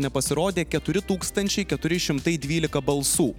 nepasirodė keturi tūkstančiai keturi šimtai dvylika balsų